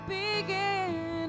begin